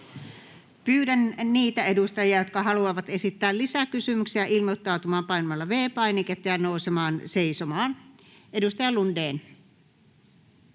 Pyydän niitä edustajia, jotka haluavat esittää lisäkysymyksen, ilmoittautumaan painamalla V-painiketta ja nousemaan seisomaan. — Edustaja Lundén.